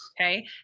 okay